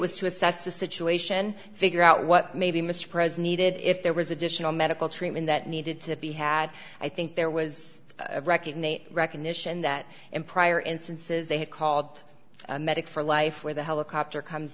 was to assess the situation figure out what maybe mr president needed if there was additional medical treatment that needed to be had i think there was recognize a recognition that in prior instances they had called a medic for life where the helicopter comes